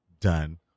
done